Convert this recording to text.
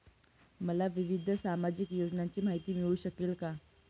मला विविध सामाजिक योजनांची माहिती मिळू शकेल का?